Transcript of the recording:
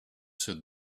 said